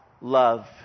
love